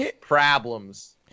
problems